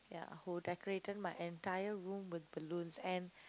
ya who decorated my entire room with balloons and